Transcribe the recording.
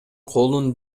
колун